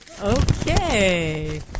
okay